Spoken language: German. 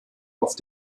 auf